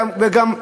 וכן,